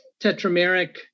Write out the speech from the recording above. tetrameric